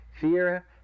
Fear